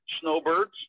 snowbirds